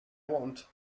want